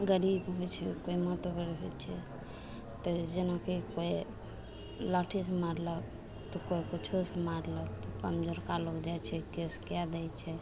गरीब होइ छै तऽ कोइ मातवर होइ छै तऽ जेनाकि कोइ लाठीसे मारलक तऽ कोइ किछुसे मारलक अपन लड़का लोक जाइ छै केस कै दै छै